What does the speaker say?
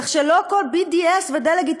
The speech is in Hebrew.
כך שלא הכול BDS ודה-לגיטימציה.